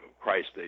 Christ